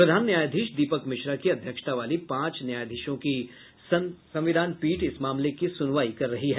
प्रधान न्यायाधीश दीपक मिश्रा की अध्यक्षता वाली पांच न्यायाधीशों की संविधान पीठ इस मामले की सुनवाई कर रही है